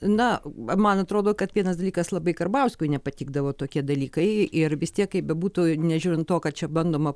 na man atrodo kad vienas dalykas labai karbauskiui nepatikdavo tokie dalykai ir vis tiek kaip bebūtų nežiūrint to kad čia bandoma